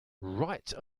write